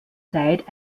zeit